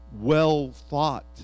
well-thought